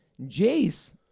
Jace